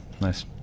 Nice